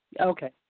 Okay